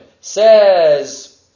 Says